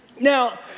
now